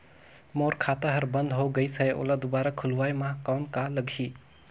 मोर खाता हर बंद हो गाईस है ओला दुबारा खोलवाय म कौन का लगही?